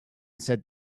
said